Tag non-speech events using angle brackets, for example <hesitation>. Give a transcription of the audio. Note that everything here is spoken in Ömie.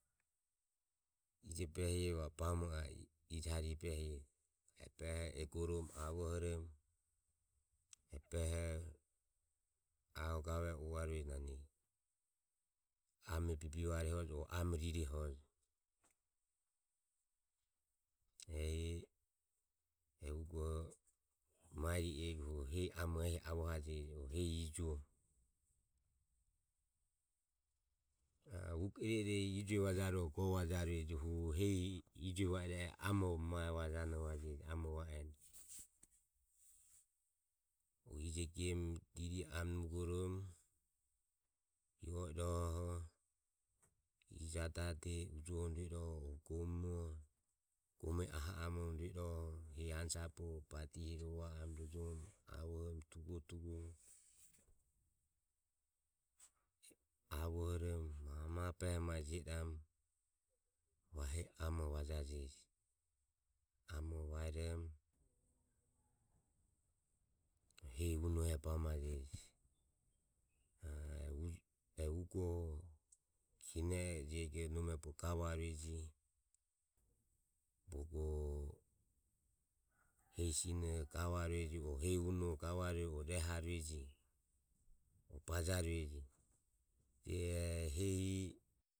Ijo behire va o bamo a e ijo harihe behire e behoho egoromo avohoromo beho kavue oho uvarue mue hojo o amo rirehojo <noise> e ugoho mari ego hu hehi amoho o ijuoho ehi avoha jeji. Hehi ijue vajajoho goje diehi amo mae vajaure ehi vajaje ije gemu ririre amo nugoromo <noise> rohu ijo ado ade ujohoromo gome aho amoromo hehi ano jovero badihiromo e rova oromo rojomoromo avohoromo ma mabehe mae jio iramu hehi amoho vajajeji amoho vaeromo hehi unoho e bamajeji <hesitation> e ugoho kine e je ero bogo gava rueje, bogo hesi <noise> sinoho gavarueje. bogo hehi unoho gavarueje. bogo bajarueji, je e hehi